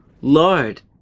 Lord